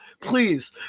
please